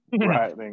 Right